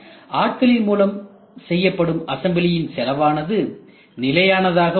ஆட்களின் மூலம் செய்யப்படும் அசம்பிளியின் செலவானது நிலையானதாக உள்ளது